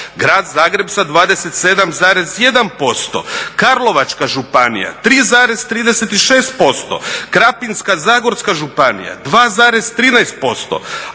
Grad Zagreb sa 27,1%, Karlovačka županija 3,36%, Krapinsko-zagorska županija 2,13%.